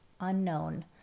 unknown